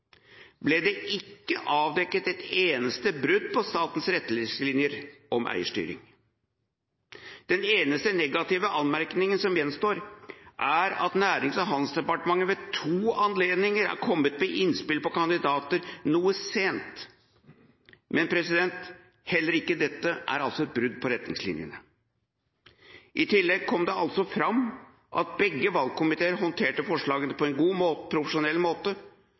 ble det ikke avdekket et eneste brudd på statens retningslinjer om eierstyring. Den eneste negative anmerkningen som gjenstår er at Nærings- og handelsdepartementet ved to anledninger har kommet med innspill på kandidater noe sent. Men heller ikke dette er et brudd på retningslinjene. I tillegg kom det altså fram at begge valgkomiteene håndterte forslagene på en profesjonell måte